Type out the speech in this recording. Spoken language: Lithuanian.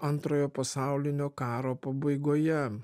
antrojo pasaulinio karo pabaigoje